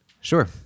sure